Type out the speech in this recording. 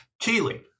Keely